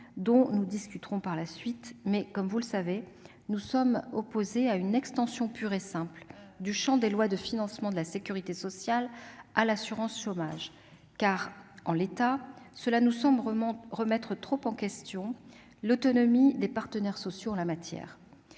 dont nous discuterons, sur le texte de la commission, mais, comme vous le savez, nous sommes opposés à une extension pure et simple du champ des lois de financement de la sécurité sociale à l'assurance chômage. En effet, en l'état, cela nous semble remettre trop en question l'autonomie des partenaires sociaux en la matière.